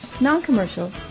Non-Commercial